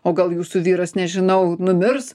o gal jūsų vyras nežinau numirs